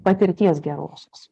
patirties gerosios